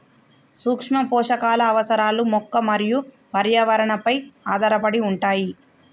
సూక్ష్మపోషకాల అవసరాలు మొక్క మరియు పర్యావరణంపై ఆధారపడి ఉంటాయి